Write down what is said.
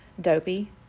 Dopey